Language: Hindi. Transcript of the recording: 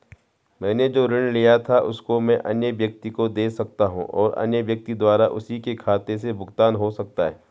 मैंने जो ऋण लिया था उसको मैं अन्य व्यक्ति को दें सकता हूँ और अन्य व्यक्ति द्वारा उसी के खाते से भुगतान हो सकता है?